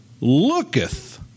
looketh